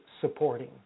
supporting